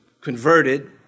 converted